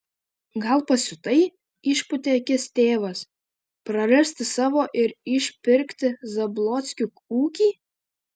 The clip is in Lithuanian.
gal pasiutai išpūtė akis tėvas prarasti savo ir išpirkti zablockių ūkį